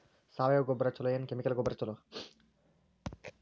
ಸಾವಯವ ಗೊಬ್ಬರ ಛಲೋ ಏನ್ ಕೆಮಿಕಲ್ ಗೊಬ್ಬರ ಛಲೋ?